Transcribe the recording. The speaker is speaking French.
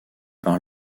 par